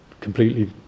completely